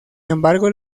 embargo